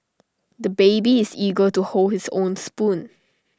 the baby is eager to hold his own spoon